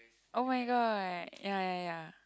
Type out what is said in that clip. oh-my-god ya ya ya